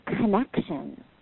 connection